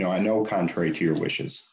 know i know contrary to your wishes